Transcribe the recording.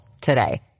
today